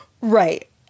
Right